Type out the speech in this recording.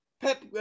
Pep